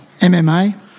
MMA